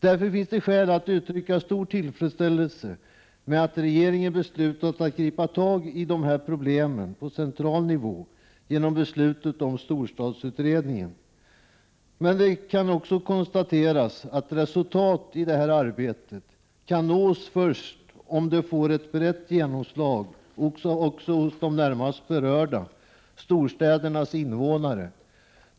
Därför finns det skäl att uttrycka stor tillfredsställelse över att regeringen, genom beslutet om storstadsutredningen, bestämt sig för att på central nivå gripa tag i dessa problem. Men man kan konstatera att resultat i detta arbete kan nås först när man får ett brett genomslag också hos de närmast berörda, nämligen storstädernas invånare.